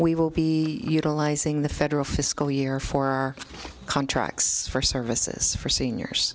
we will be utilizing the federal fiscal year for our contracts for services for seniors